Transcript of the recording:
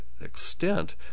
extent